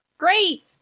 Great